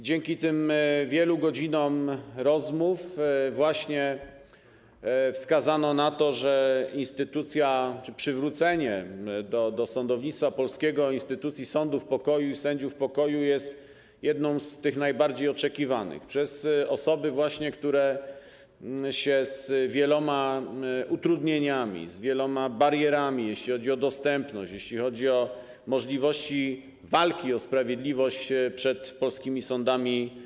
Dzięki tym wielu godzinom rozmów właśnie wskazano na to, że przywrócenie do sądownictwa polskiego instytucji sądów pokoju i sędziów pokoju jest jedną z tych najbardziej oczekiwanych właśnie przez osoby, które zderzyły się z wieloma utrudnieniami, z wieloma barierami, jeśli chodzi o dostępność, jeśli chodzi o możliwości walki o sprawiedliwość przed polskimi sądami.